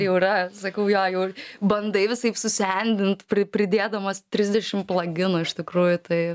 jau yra sakau jo jau bandai visaip susendint pri pridėdamas trisdešim plaginų iš tikrųjų tai